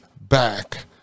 back